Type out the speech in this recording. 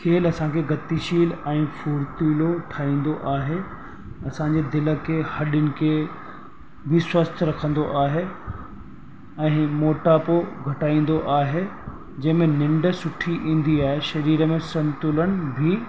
खेल असांखे गतिशील ऐं फुर्तीलो ठाहींदो आहे असांजे दिलि खे हॾियुनि खे बि स्वस्थ रखंदो आहे ऐं हीउ मोटापो घटाईंदो आहे जंहिं में निंड सुठी ईंदी आहे शरीर में संतुलन बि